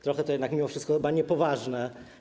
Trochę to jednak mimo wszystko chyba niepoważne.